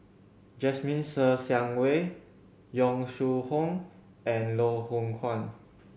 Jasmine Ser Xiang Wei Yong Shu Hoong and Loh Hoong Kwan